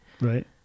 Right